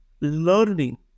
learning